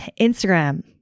Instagram